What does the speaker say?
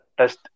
Test